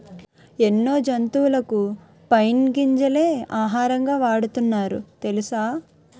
ఎన్నో జంతువులకు పైన్ గింజలే ఆహారంగా వాడుతున్నారు తెలుసా?